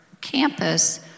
campus